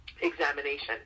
examination